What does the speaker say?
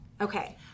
Okay